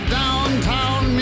downtown